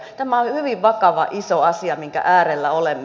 tämä on hyvin vakava iso asia mikä äärellä olemme